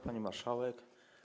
Pani Marszałek!